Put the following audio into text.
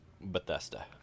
Bethesda